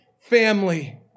family